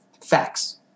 Facts